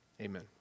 amen